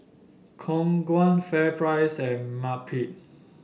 Khong Guan FairPrice and Marmite